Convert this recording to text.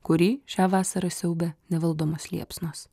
kurį šią vasarą siaubia nevaldomos liepsnos